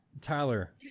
Tyler